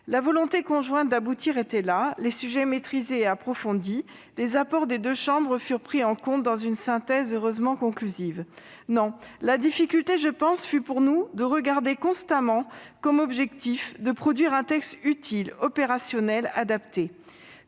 La volonté conjointe d'aboutir était là, les sujets maîtrisés et approfondis, les apports des deux chambres furent pris en compte dans une synthèse heureusement conclusive. Non, la difficulté, à mon sens, fut pour nous de garder constamment comme objectif de produire un texte utile, opérationnel, adapté,